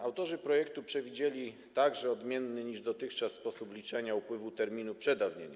Autorzy projektu przewidzieli także odmienny niż dotychczas sposób liczenia upływu terminu przedawnienia.